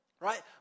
right